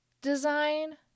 design